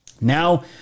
Now